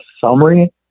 summary